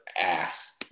ass